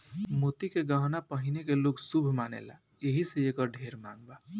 मोती के गहना पहिने के लोग शुभ मानेला एही से एकर ढेर मांग बा